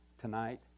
tonight